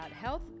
health